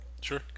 Sure